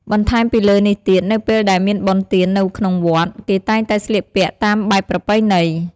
បន្ថែមពីលើនេះទៀត នៅពេលដែលមានបុណ្យទាននៅក្នុងវត្ត គេតែងតែស្លៀកពាក់តាមបែបប្រពៃណី។